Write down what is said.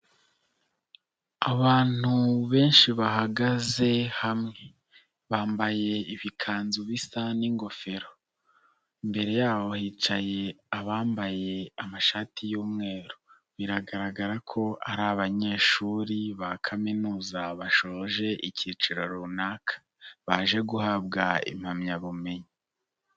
Abantu benshi bahagaze hamwe, bambaye ibikanzu bisa n'ingofero, mbere y'aho hicaye abambaye amashati y'umweru, biragaragara ko ari abanyeshuri ba kaminuza bashoje ikiciro runaka, baje guhabwa impamyabumenyi.